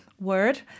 word